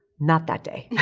not that day.